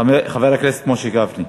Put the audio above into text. חבר הכנסת משה גפני.